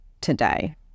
today